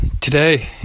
today